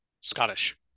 Scottish